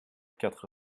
quatre